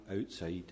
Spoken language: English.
outside